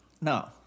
No